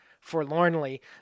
forlornly